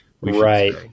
Right